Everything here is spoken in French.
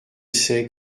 c’est